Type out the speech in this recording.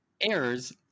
errors